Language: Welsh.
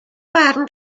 barn